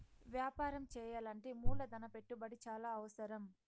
వ్యాపారం చేయాలంటే మూలధన పెట్టుబడి చాలా అవసరం